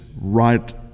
right